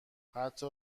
حتی